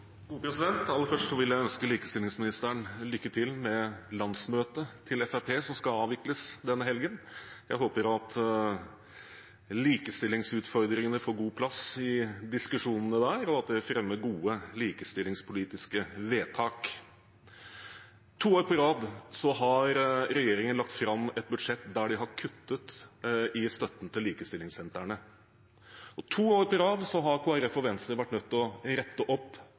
Aller først vil jeg ønske likestillingsministeren lykke til med Fremskrittspartiets landsmøte, som skal avvikles denne helgen. Jeg håper at likestillingsutfordringene får god plass i diskusjonene der, og at det fremmes gode likestillingspolitiske vedtak. To år på rad har regjeringen lagt fram et budsjett der de har kuttet i støtten til likestillingssentrene. To år på rad har Kristelig Folkeparti og Venstre vært nødt til å rette opp